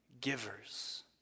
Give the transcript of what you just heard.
givers